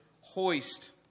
hoist